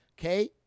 Okay